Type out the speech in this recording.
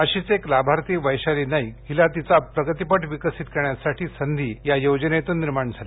अशीच एक लाभार्थी वैशाली नाईक हिला तिचा प्रगतिपट विकसित करण्यासाठी संधी या योजनेतून निर्माण झाली